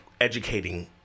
Educating